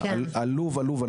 עלוב-עלוב,